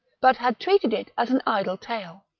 but had treated it as an idle tale.